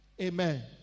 Amen